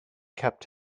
kept